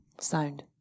sound